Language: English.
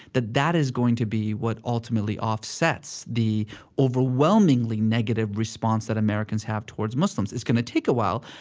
that that is going to be what ultimately offsets the overwhelmingly negative response that americans have towards muslims. it's going to take a while,